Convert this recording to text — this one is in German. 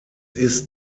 ist